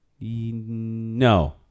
No